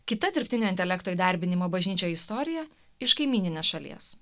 kita dirbtinio intelekto įdarbinimo bažnyčioje istorija iš kaimyninės šalies